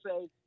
say –